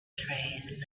trays